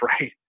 right